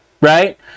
right